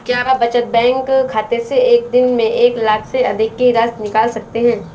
क्या बचत बैंक खाते से एक दिन में एक लाख से अधिक की राशि निकाल सकते हैं?